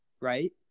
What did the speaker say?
right